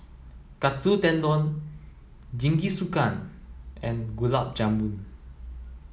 Katsu Tendon Jingisukan and Gulab Jamun